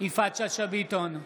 יפעת שאשא ביטון,